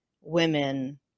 women